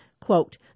quote